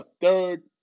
third